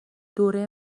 دوره